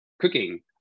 cooking